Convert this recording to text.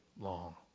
long